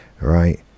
Right